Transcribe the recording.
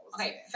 Okay